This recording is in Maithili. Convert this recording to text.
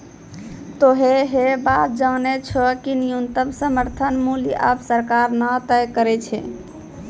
तोहों है बात जानै छौ कि न्यूनतम समर्थन मूल्य आबॅ सरकार न तय करै छै